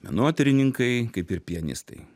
menotyrininkai kaip ir pianistai